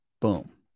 Boom